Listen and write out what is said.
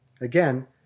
Again